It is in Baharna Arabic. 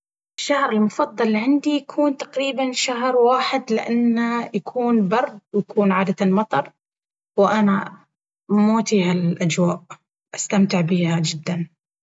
الشهر المفضل عندي يكون تقريبا شهر واحد لأن يكون برد ويكون عادة مطر... وأنا موتي هالاجواء أستمتع بيها جدا